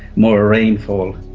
more rainfall.